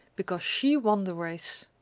because she won the race.